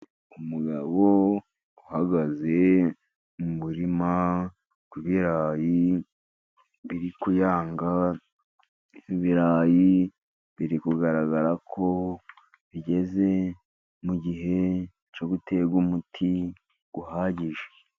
Umugabo uhagaze mu murima w'ibirarayi biri kuyanga, ibirayi biri kugaragara ko bigeze mu gihe cyo guterwa umuti uhagije.